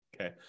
okay